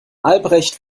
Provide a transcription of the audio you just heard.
albrecht